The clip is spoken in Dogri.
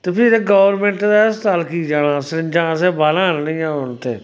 ते फिर एह् गौरमैंट दे अस्पताल कीऽ जाना सरिंजां असें बाह्रा आह्ननियां होन ते